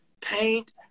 Paint